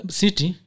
city